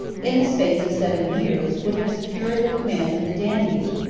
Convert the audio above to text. in the space of seven years, would have secured the command of the danube,